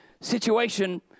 situation